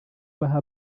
baha